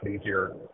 easier